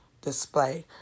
display